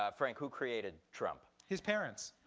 ah frank, who created trump? his parents.